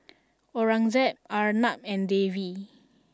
Aurangzeb Arnab and Devi